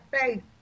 faith